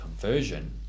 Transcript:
conversion